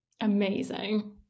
Amazing